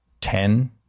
Ten